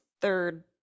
third